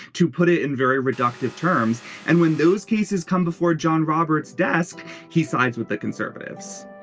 to put it in very reductive terms and when those cases come before john roberts desk he sides with the conservatives